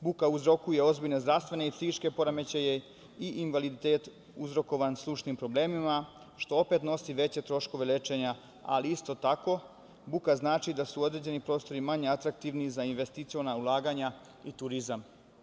Buka uzrokuje ozbiljne zdravstvene i psihičke poremećaje i invaliditet uzrokovan slušnim problemima, što opet nosi veće troškove lečenja, ali isto tako buka znači da su određeni prostori manje atraktivni za investiciona ulaganja i turizam.